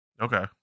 Okay